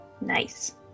Nice